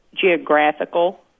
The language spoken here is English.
geographical